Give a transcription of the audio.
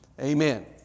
Amen